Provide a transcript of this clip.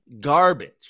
garbage